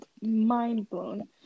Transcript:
mind-blown